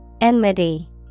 Enmity